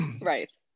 Right